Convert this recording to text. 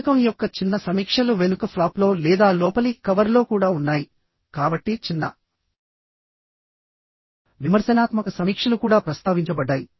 పుస్తకం యొక్క చిన్న సమీక్షలు వెనుక ఫ్లాప్లో లేదా లోపలి కవర్లో కూడా ఉన్నాయి కాబట్టి చిన్న విమర్శనాత్మక సమీక్షలు కూడా ప్రస్తావించబడ్డాయి